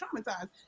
traumatized